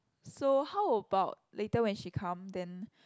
so how about later when she come then